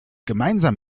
gemeinsam